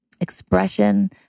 expression